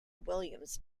williams